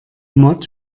mod